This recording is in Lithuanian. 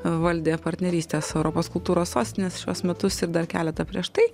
valdė partnerystę su europos kultūros sostinės šiuos metus ir dar keletą prieš tai